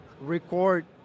record